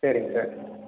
சரிங்க சார்